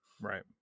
right